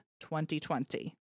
2020